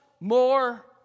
more